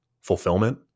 fulfillment